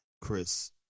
chris